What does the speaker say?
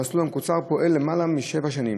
המסלול המקוצר פועל למעלה משבע שנים.